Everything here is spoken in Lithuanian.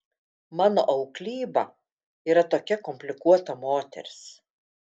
mano auklyba yra tokia komplikuota moteris